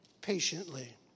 patiently